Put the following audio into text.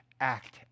act